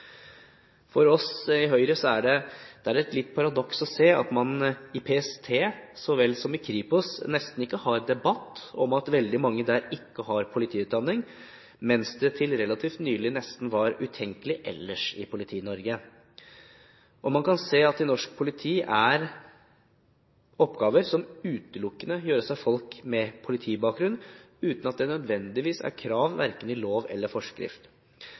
For oss i Høyre er det et paradoks å se at man i PST så vel som i Kripos nesten ikke har debatt om at veldig mange der ikke har politiutdanning, mens det til relativt nylig nesten var utenkelig ellers i Politi-Norge. Man kan se at det i norsk politi er oppgaver som utelukkende gjøres av folk med politibakgrunn, uten at dette nødvendigvis er krav i verken lov eller forskrift.